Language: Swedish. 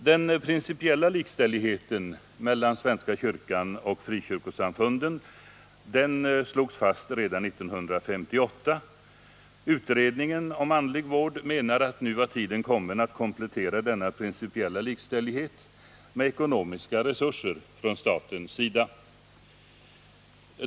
Den principiella likställigheten mellan svenska kyrkan och frikyrkosamfunden slogs fast redan 1958. Utredningen om andlig vård menar att nu var tiden kommen att komplettera denna principiella likställighet med ekonomiska resurser från statens sida.